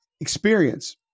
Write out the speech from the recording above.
experience